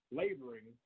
laboring